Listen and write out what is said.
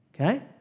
Okay